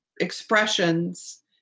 expressions